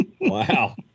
Wow